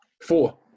Four